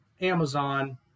amazon